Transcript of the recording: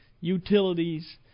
utilities